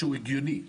שהיא הגיונית,